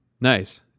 nice